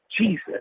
Jesus